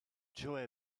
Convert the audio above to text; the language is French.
joey